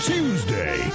Tuesday